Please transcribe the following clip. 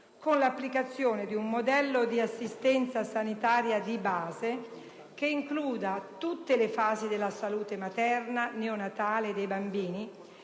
con l'applicazione di un modello di assistenza sanitaria di base che includa tutte le fasi della salute materna, neonatale e dei bambini,